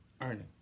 earning